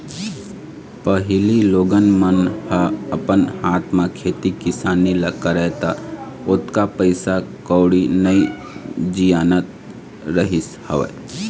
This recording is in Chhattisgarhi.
पहिली लोगन मन ह अपन हाथ म खेती किसानी ल करय त ओतका पइसा कउड़ी नइ जियानत रहिस हवय